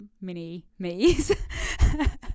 mini-me's